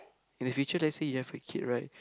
in the future let's say you have a kid right